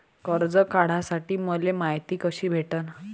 कर्ज काढासाठी मले मायती कशी भेटन?